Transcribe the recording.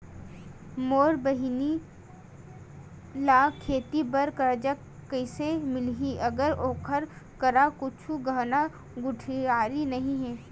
मोर बहिनी ला खेती बार कर्जा कइसे मिलहि, अगर ओकर करा कुछु गहना गउतरा नइ हे?